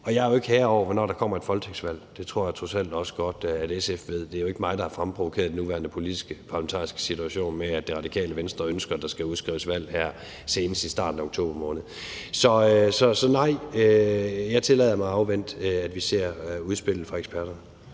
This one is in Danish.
Jeg er jo ikke herre over, hvornår der kommer et folketingsvalg. Det tror jeg trods alt også godt at SF ved. Det er jo ikke mig, der har fremprovokeret den nuværende politiske parlamentariske situation, hvor Radikale Venstre ønsker, at der skal udskrives valg senest i starten af oktober måned. Så jeg tillader mig at afvente, at vi ser udspillet fra eksperterne.